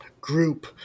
group